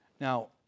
Now